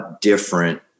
different